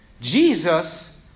Jesus